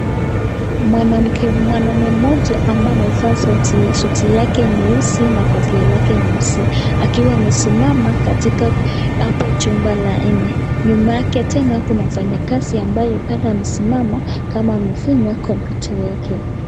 Mwanamume mmoja ambaye amevaa suti yake nyeusi na kofia lake nyeusi akiwa amesimama katika hapo chumba la nne. Nyuma yake tena kuna mfanyakazi ambaye pale amesimama kama amefinya computer yake.